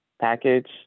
package